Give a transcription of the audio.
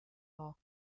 law